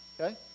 okay